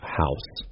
house